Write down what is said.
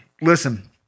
Listen